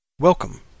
Welcome